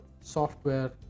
software